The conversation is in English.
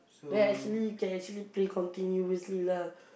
then actually can actually play continuously lah